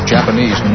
Japanese